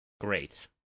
Great